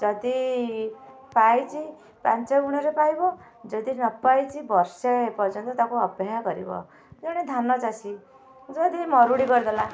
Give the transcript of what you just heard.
ଯଦି ପାଇଛି ପାଞ୍ଚ ଗୁଣରେ ପାଇବ ଯଦି ନ ପାଇଛି ବର୍ଷେ ପର୍ଯ୍ୟନ୍ତ ତାକୁ ଅପେକ୍ଷା କରିବ ଜଣେ ଧାନ ଚାଷୀ ଯଦି ମରୁଡ଼ି କରିଦେଲା